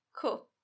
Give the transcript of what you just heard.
Cool